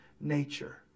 nature